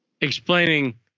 explaining